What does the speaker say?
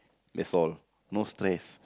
thats all no stress